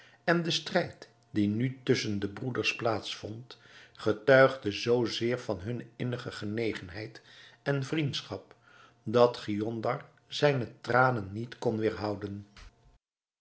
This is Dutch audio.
en de strijd die nu tusschen de broeders plaats vond getuigde zoo zeer van hunne innige genegenheid en vriendschap dat giondar zijne tranen niet kon weêrhouden